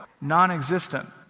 non-existent